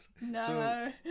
No